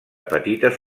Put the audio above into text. petites